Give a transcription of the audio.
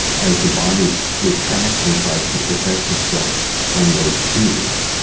as the body retracts and tries to protect itself from those cues.